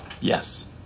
yes